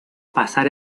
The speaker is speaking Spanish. pasar